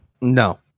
No